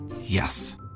Yes